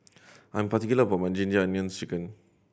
I am particular about my Ginger Onions Chicken